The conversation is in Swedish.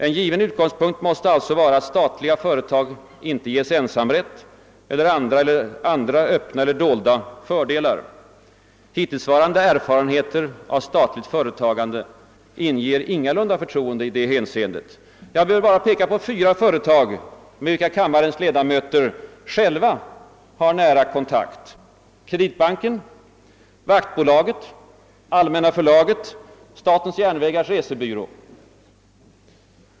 En given utgångspunkt måste alltså vara att statliga företag inte ges ensamrätt eller andra öppna eller dolda fördelar. Hittillsvarande erfarenheter av statligt företagande inger ingalunda förtroende i det hänseendet. Jag behöver bara peka på fyra företag, med vilka kammarens ledamöter själva har nära kontakt: Kreditbanken, Vaktbolaget, Allmänna förlaget och statens järnvägars resebyrå.